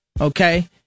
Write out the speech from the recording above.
okay